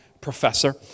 professor